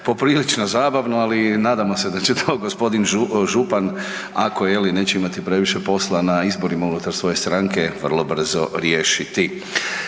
poprilično zabavno, ali nadamo se da će to gospodin župan ako je li neće imati previše posla na izborima unutar svoje stranke, vrlo brzo riješiti.